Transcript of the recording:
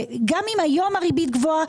וגם אם היום הריבית גבוהה,